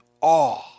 awe